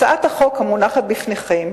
הצעת החוק המונחת בפניכם